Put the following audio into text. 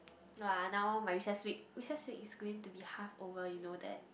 no ah now my recess week recess week is going to be half over you know that